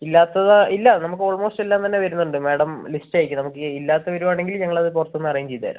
ഇല്ലാത്തത് ഇല്ല നമുക്ക് ഓൾമോസ്റ്റ് എല്ലാം തന്നെ വരുന്നുണ്ട് മാഡം ലിസ്റ്റ് അയക്ക് നമുക്ക് ഈ ഇല്ലാത്ത വരികയാണെങ്കിൽ ഞങ്ങളത് പുറത്ത് നിന്ന് അറേഞ്ച് ചെയ്തുതരാം